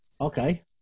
Okay